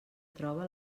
troba